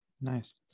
Nice